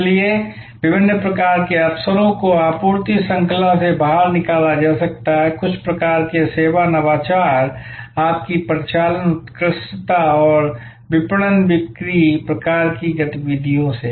इसलिए विभिन्न प्रकार के अवसरों को आपूर्ति श्रृंखला से बाहर निकाला जा सकता है कुछ प्रकार के सेवा नवाचार आपकी परिचालन उत्कृष्टता और विपणन बिक्री प्रकार की गतिविधियों से